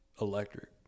electric